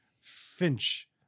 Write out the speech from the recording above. Finch